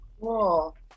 Cool